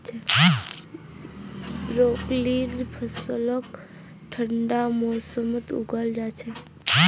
ब्रोकलीर फसलक ठंडार मौसमत उगाल जा छेक